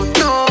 no